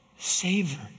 Savor